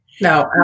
no